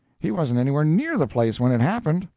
he wasn't anywhere near the place when it happened.